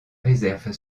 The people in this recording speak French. réserve